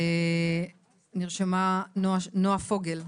נרשמה נועה פוגל.